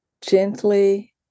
Gently